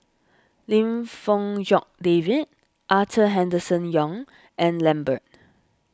Lim Fong Jock David Arthur Henderson Young and Lambert